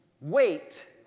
Wait